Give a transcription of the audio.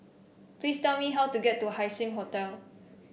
please tell me how to get to Haising Hotel